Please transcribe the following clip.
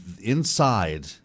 inside